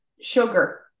sugar